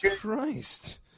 Christ